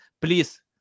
please